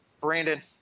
Brandon